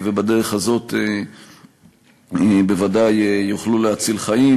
בדרך הזאת בוודאי יוכלו להציל חיים.